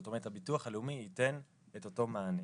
זאת אומרת הביטוח הלאומי ייתן את אותו מענה.